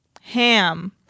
Ham